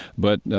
but,